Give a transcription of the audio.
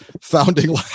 founding